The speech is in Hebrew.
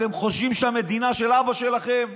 אתם חושבים שהמדינה של אבא שלכם,